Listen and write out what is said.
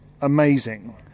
amazing